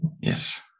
Yes